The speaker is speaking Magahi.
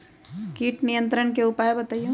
किट नियंत्रण के उपाय बतइयो?